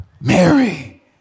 Mary